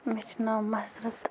مےٚ چھِ ناو مَسرَت